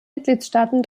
mitgliedstaaten